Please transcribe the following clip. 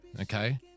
okay